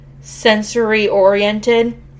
sensory-oriented